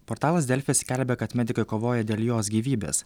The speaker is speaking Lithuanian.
portalas delfi skelbia kad medikai kovoja dėl jos gyvybės